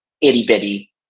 itty-bitty